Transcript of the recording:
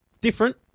Different